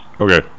Okay